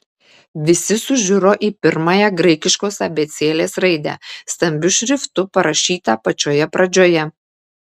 visi sužiuro į pirmąją graikiškos abėcėlės raidę stambiu šriftu parašytą pačioje pradžioje